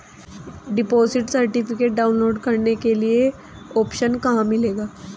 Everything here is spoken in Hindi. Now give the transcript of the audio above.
डिपॉजिट सर्टिफिकेट डाउनलोड करने का ऑप्शन कहां मिलेगा?